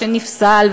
שנפסל,